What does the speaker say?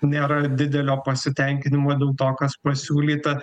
nėra didelio pasitenkinimo dėl to kas pasiūlyta